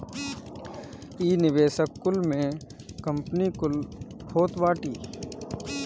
इ निवेशक कुल में कंपनी कुल होत बाटी